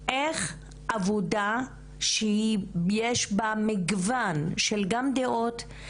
איך עבודה שיש בה מגוון של גם דעות,